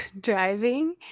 driving